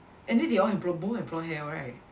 and then they all have bl~ both have blond hair right